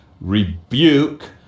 rebuke